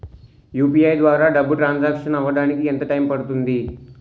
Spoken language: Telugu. యు.పి.ఐ ద్వారా డబ్బు ట్రాన్సఫర్ అవ్వడానికి ఎంత టైం పడుతుంది?